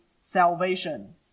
salvation